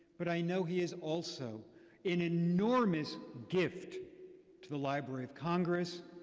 but i know he is also an enormous gift to the library of congress,